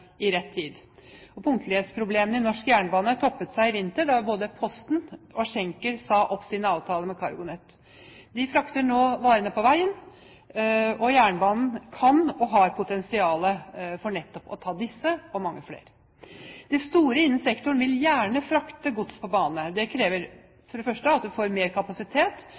i rett tid. Punktlighetsproblemene i norsk jernbane toppet seg i vinter da både Posten og Schenker sa opp sine avtaler med CargoNet. De frakter nå varene på veien. Jernbanen kan og har potensial for nettopp å ta disse og mange flere. De store innen sektoren vil gjerne frakte gods på bane. Det krever for det første at man får mer kapasitet,